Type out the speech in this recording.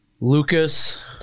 Lucas